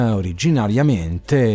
originariamente